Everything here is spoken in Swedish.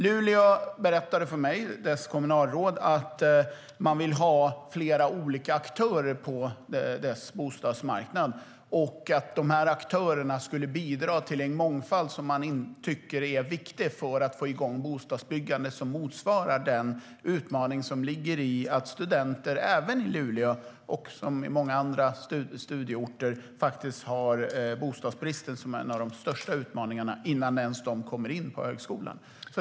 Luleås kommunalråd berättade för mig att man vill ha flera olika aktörer på bostadsmarknaden i Luleå och att de aktörerna skulle bidra till en mångfald som man tycker är viktig för att få igång ett bostadsbyggande som motsvarar den utmaning som ligger i att studenter även i Luleå - som på många andra studieorter - har bostadsbristen som en av de största utmaningarna innan de ens kommer in på högskolan.